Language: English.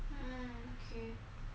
hmm okay